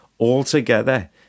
Altogether